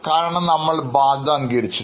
കാരണം നമ്മൾ ബാധ്യത അംഗീകരിച്ചിരുന്നു